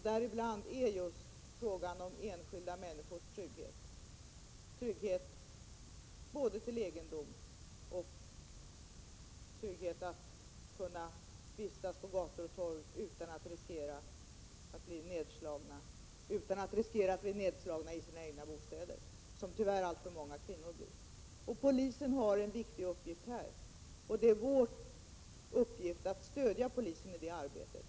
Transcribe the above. Dit hör just frågan om enskilda människors trygghet, både när det gäller egendom och när det gäller att kunna vistas på gator och torg utan att riskera att bli nedslagna — och utan att riskera att bli nedslagna i sina egna bostäder, som tyvärr alltför många kvinnor blir. Polisen har här ett viktigt arbete, och det är vår uppgift att stödja polisen i det arbetet.